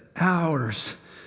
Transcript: hours